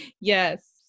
Yes